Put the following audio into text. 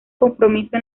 compromiso